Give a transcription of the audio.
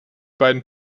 beiden